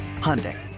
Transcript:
Hyundai